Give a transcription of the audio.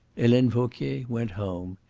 helene vauquier went home.